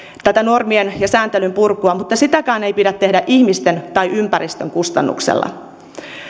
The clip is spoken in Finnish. tätä normien ja sääntelyn purkua mutta sitäkään ei pidä tehdä ihmisten tai ympäristön kustannuksella